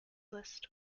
list